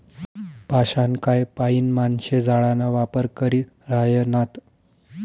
पाषाणकाय पाईन माणशे जाळाना वापर करी ह्रायनात